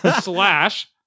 Slash